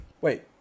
Wait